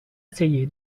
essayé